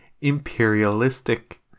imperialistic